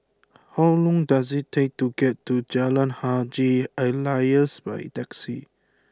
how long does it take to get to Jalan Haji Alias by taxi